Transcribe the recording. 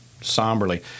somberly